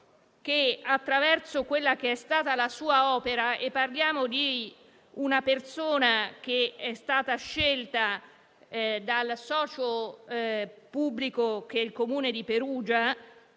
attraverso quella che è stata la sua opera. Parliamo di una persona che è stata scelta dal socio pubblico, cioè dal Comune di Perugia;